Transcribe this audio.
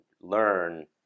learn